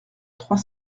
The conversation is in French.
trois